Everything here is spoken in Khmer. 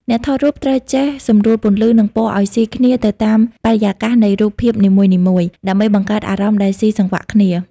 អ្នកថតរូបត្រូវចេះសម្រួលពន្លឺ និងពណ៌ឱ្យស៊ីគ្នាទៅតាមបរិយាកាសនៃរូបភាពនីមួយៗ ដើម្បីបង្កើតអារម្មណ៍ដែលស៊ីសង្វាក់គ្នា។